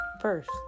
first